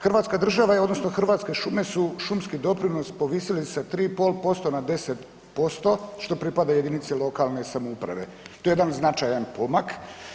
Hrvatska država je odnosno Hrvatske šume su šumski doprinos povisili sa 3,5% na 10% što pripada jedinici lokalne samouprave to je jedan značajan pomak.